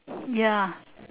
ya